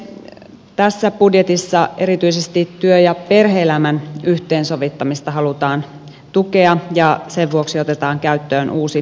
tässä budjetissa erityisesti työ ja perhe elämän yhteensovittamista halutaan tukea ja sen vuoksi otetaan käyttöön uusi